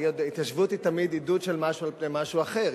התיישבות היא תמיד עידוד של משהו על פני משהו אחר,